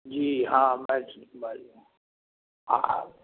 जी हाँ मैथिलीमे बाजू